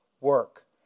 work